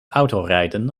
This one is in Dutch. autorijden